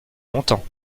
montant